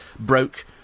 broke